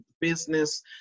business